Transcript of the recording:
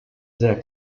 sehr